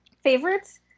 favorites